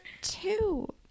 two